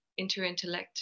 Interintellect